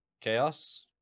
chaos